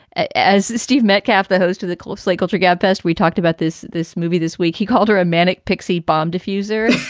ah as steve metcalf, the host of the cold slate culture gabfest, we talked about this. this movie this week, he called her a manic pixie bomb diffuser.